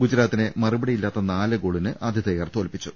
ഗുജറാത്തിനെ മറുപടിയില്ലാത്ത നാല് ഗോളിന് ആതിഥേയർ തോൽപ്പിച്ചു